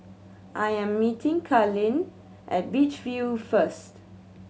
I am meeting Kalyn at Beach View first